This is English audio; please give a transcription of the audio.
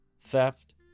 theft